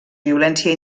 violència